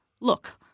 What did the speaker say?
look